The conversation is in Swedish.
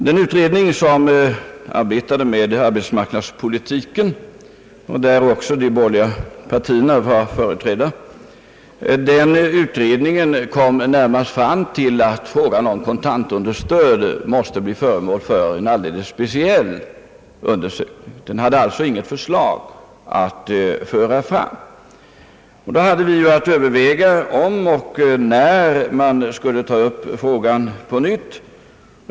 Den utredning som arbetade med arbetsmarknadspolitiken och där även de borgerliga partierna var företrädda kom närmast fram till att frågan om kontantunderstöd måste bli föremål för en speciell undersökning. Den hade alltså inget förslag att föra fram. Då hade vi att överväga om och när man skulle ta upp frågan på nytt.